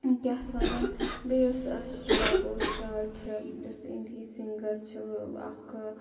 کیاہ اَتھ وَنان بیٚیہِ یۄس شریا گوشرال چھِ یۄس اِنڈِیِہِچ سِنٛگَر چھِ اکھ